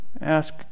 Ask